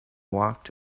walked